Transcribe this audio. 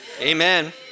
Amen